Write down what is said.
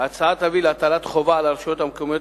ההצעה תביא להטלת חובה על הרשויות המקומיות